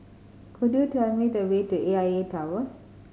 could you tell me the way to A I A Tower